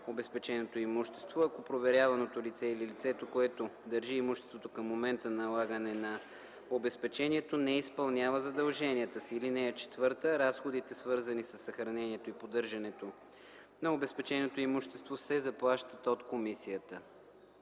обезпеченото имущество, ако проверяваното лице или лицето, което държи имуществото към момента на налагане на обезпечението, не изпълнява задълженията си. (4) Разходите, свързани със съхранението и поддържането на обезпеченото имущество, се заплащат от комисията.”